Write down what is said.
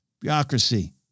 bureaucracy